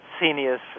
Seniors